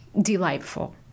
delightful